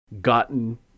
gotten